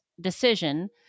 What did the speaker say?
decision